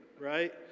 right